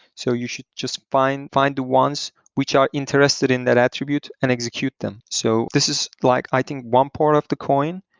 so you should just find find the ones which are interested in that attribute and execute them. so this is like i think one part of the coin.